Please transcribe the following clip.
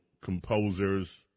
composers